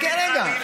חכה רגע.